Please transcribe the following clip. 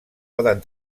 poden